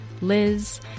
Liz